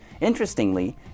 Interestingly